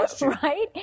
right